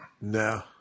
No